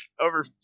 over